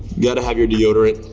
gotta have your deodorant.